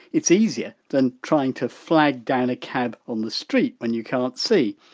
it's easier than trying to flag down a cab on the street when you can't see.